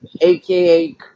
aka